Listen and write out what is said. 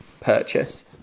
purchase